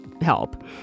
help